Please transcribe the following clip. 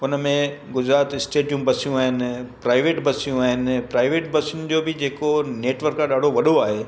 हुन में गुजरात स्टेट जी बसियूं आहिनि प्राइवेट बसियूं आहिनि प्राइवेट बसियुनि जो बि जे को नेटवर्क आहे ॾाढो वॾो आहे